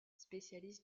spécialiste